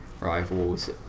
rivals